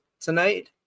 tonight